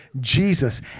Jesus